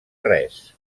res